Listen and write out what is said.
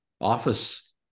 office